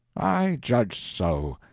i judged so.